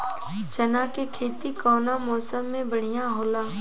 चना के खेती कउना मौसम मे बढ़ियां होला?